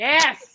Yes